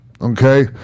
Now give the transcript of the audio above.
okay